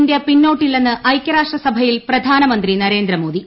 India പിന്നോട്ടില്ലെന്ന് ഐക്യരാഷ്ട്രസഭയിൽ പ്രധാനമന്ത്രി നരേന്ദ്രമോദി